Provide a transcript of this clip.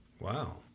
Wow